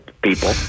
People